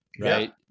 right